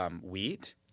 wheat